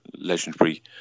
legendary